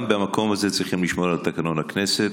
גם במקום הזה צריכים לשמור על תקנון הכנסת.